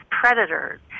predators